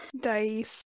dice